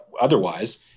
otherwise